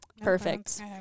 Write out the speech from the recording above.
perfect